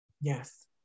Yes